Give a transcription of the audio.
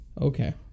okay